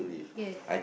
yes